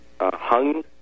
Hung